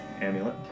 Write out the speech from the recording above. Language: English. amulet